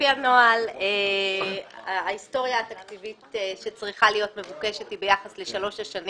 לפי הנוהל ההיסטוריה התקציבית שצריכה להיות מבוקשת היא ביחס לשלוש השנים